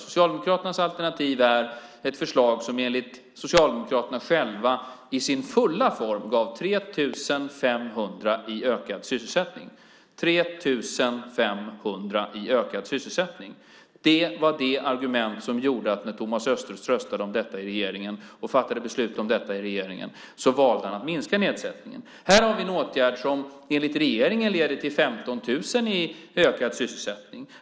Socialdemokraternas alternativ är ett förslag som enligt Socialdemokraterna själva i sin fulla form gav 3 500 i ökad sysselsättning. Det var det argument som gjorde att när Thomas Östros tröskade om detta och fattade beslut i regeringen valde han att minska nedsättningen. Här har vi en åtgärd som enligt regeringen leder till 15 000 i ökad sysselsättning.